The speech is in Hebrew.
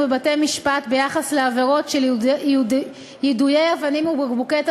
בבתי-משפט ביחס לעבירות של יידויי אבנים ובקבוקי תבערה,